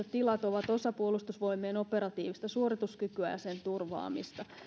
tilat ovat osa puolustusvoimien operatiivista suorituskykyä ja sen turvaamista